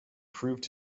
proved